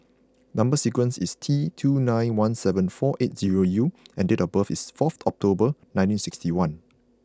number sequence is T two nine one seven four eight zero U and date of birth is fourth October nineteen sixty one